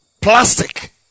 Plastic